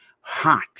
hot